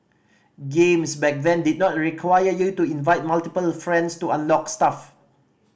games back then did not require you to invite multiple friends to unlock stuff